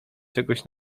czegoś